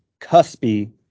cuspy